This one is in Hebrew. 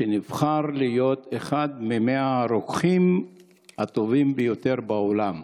שנבחר לאחד מ-100 הרוקחים הטובים ביותר בעולם.